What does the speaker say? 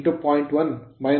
1 2